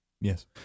Yes